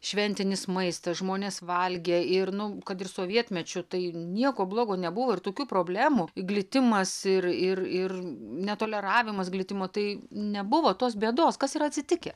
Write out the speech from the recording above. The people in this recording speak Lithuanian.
šventinis maistas žmonės valgė ir nu kad ir sovietmečiu tai nieko blogo nebuvo ir tokių problemų glitimas ir ir ir netoleravimas glitimo tai nebuvo tos bėdos kas yra atsitikę